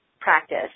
practice